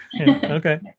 Okay